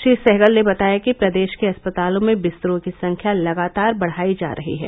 श्री सहगल ने बताया कि प्रदेश के अस्पतालों में बिस्तरों की संख्या लगातार बढ़ाई जा रही है